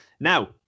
Now